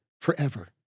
forever